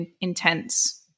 intense